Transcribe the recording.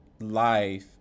life